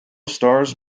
stars